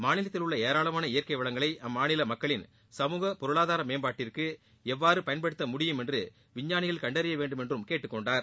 மாநிலத்தில் உள்ள ஏராளமான இயற்கை வளங்களை அம்மாநில மக்களின் சமூக பொருளாதார மேம்பாட்டிற்கு எவ்வாறு பயன்படுத்த முடியும் என்று விஞ்ஞானிகள் கண்டறிய வேண்டுமென்று கேட்டுக்கொண்டார்